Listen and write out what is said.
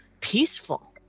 peaceful